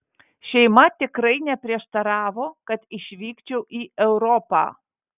šeima tikrai neprieštaravo kad išvykčiau į europą